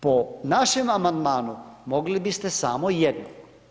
Po našem amandmanu mogli biste samo jednog.